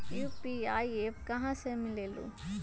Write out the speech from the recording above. UPI app कहा से मिलेलु?